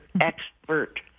expert